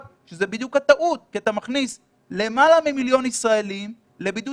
שזו בדיוק הטעות כי אתה מכניס למעלה ממיליון ישראליים לבידוד